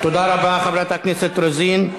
תודה רבה, חברת הכנסת רוזין.